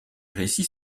récits